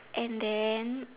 and then